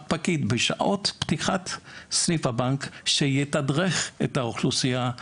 פקיד בשעות פתיחת סניף הבנק שיתדרך את אוכלוסיית הגמלאים.